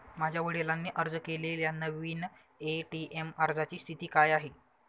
माझ्या वडिलांनी अर्ज केलेल्या नवीन ए.टी.एम अर्जाची स्थिती काय आहे?